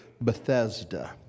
Bethesda